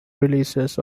releases